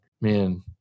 man